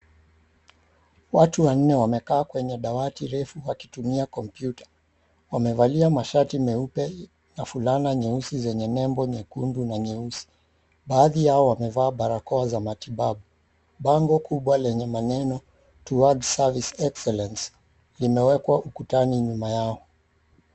Watu wanne wamekaa kwenye dawati refu wakitumia kompyuta. Wamevalia mashati meupe na fulana nyeusi zenye nembo nyekundu na nyeusi, baadhi yao wamevaa barakoa za matibabu. Bango kubwa lenye maneno towards service excellence limewekwa ukutani nyuma yao.